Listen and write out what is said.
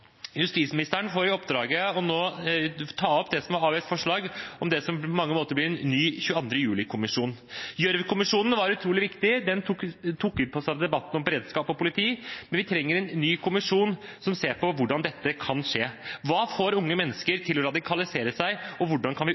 Justisministeren får nå i oppdrag å ta opp AUFs forslag om det som på mange måter blir en ny 22. juli-kommisjon. Gjørv-kommisjonen var utrolig viktig, den tok debatten om beredskap og politi, men vi trenger en ny kommisjon som ser på hvordan dette kan skje. Hva får unge mennesker til å radikalisere seg, og hvordan kan vi